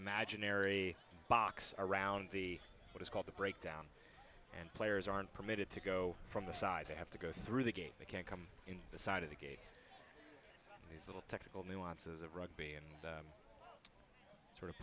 imaginary box around the what is called the breakdown and players aren't permitted to go from the side they have to go through the gate they can't come in the side of the gate the technical nuances of rugby and sort of